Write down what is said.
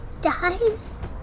Dies